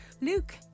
Luke